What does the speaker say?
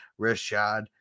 Rashad